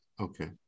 Okay